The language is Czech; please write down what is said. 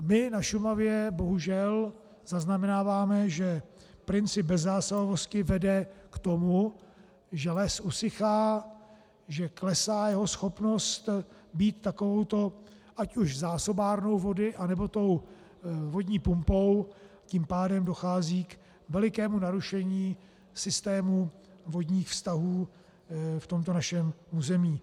My na Šumavě bohužel zaznamenáváme, že princip bezzásahovosti vede k tomu, že les usychá, že klesá jeho schopnost být takovouto ať už zásobárnou vody, anebo tou vodní pumpou, tím pádem dochází k velikému narušení systému vodních vztahů v tomto našem území.